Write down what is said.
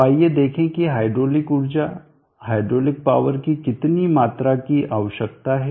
तो आइए देखें कि हाइड्रोलिक ऊर्जा हाइड्रोलिक पावर की कितनी मात्रा की आवश्यकता है